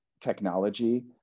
technology